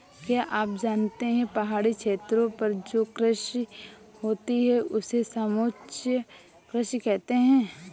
क्या आप जानते है पहाड़ी क्षेत्रों पर जो कृषि होती है उसे समोच्च कृषि कहते है?